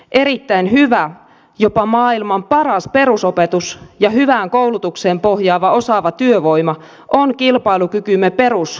erittäin hyvä jopa maailman paras perusopetus ja hyvään koulutukseen pohjaava osaava työvoima ovat kilpailukykymme peruskiveä